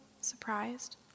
surprised